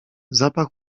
zapach